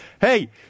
hey